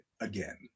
again